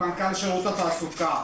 אני מנכ"ל שירות התעסוקה.